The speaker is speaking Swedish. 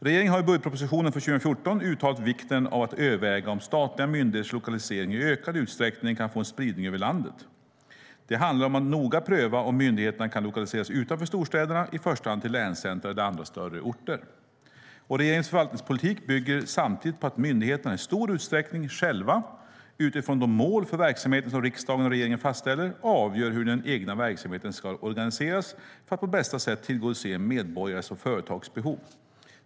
Regeringen har i budgetpropositionen för 2014 uttalat vikten av att överväga om statliga myndigheters lokalisering i ökad utsträckning kan få en spridning över landet. Det handlar om att noga pröva om myndigheterna kan lokaliseras utanför storstäderna, i första hand till länscentrum eller andra större orter. Regeringens förvaltningspolitik bygger samtidigt på att myndigheterna i stor utsträckning själva, utifrån de mål för verksamheten som riksdagen och regeringen fastställer, avgör hur den egna verksamheten ska organiseras för att på bästa sätt tillgodose medborgares och företags behov.